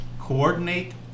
coordinate